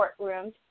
courtrooms